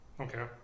Okay